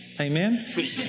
Amen